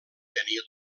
tenia